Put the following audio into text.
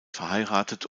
verheiratet